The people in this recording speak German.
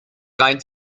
rein